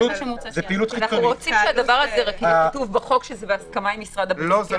אנחנו רוצים שהדבר הזה יהיה כתוב בחוק שזה בהסכמה עם משרד הבריאות.